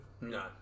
No